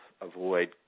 avoid